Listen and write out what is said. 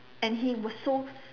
and he was so